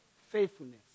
faithfulness